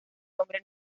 nombre